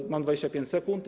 Aha, mam 25 sekund.